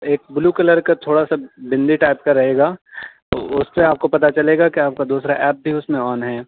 ایک blue colour کا تھوڑا سا بندی ٹائپ کا رہے گا اس سے آپ کو پتا چلے گا کہ آپ کا دوسرا ایپ بھی اس میں ہونا ہے